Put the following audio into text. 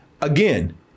again